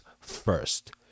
first